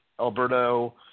Alberto